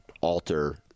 alter